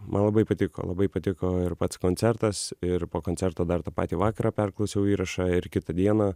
man labai patiko labai patiko ir pats koncertas ir po koncerto dar tą patį vakarą perklausiau įrašą ir kitą dieną